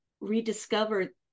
rediscover